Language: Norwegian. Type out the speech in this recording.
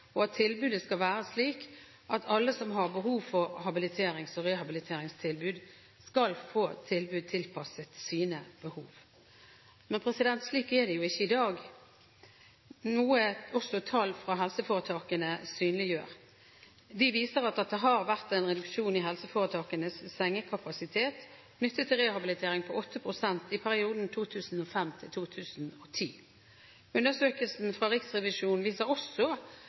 og at tilbudet skal være slik at «alle som har behov for habiliterings- og rehabiliteringstilbud får tilbud tilpasset sine behov». Men slik er det jo ikke i dag, noe også tall fra helseforetakene synliggjør. De viser at det har vært en reduksjon i helseforetakenes sengekapasitet knyttet til rehabilitering på 8 pst. i perioden 2005–2010. Undersøkelsen fra Riksrevisjonen viser også